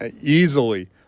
easily